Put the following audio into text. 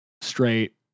Straight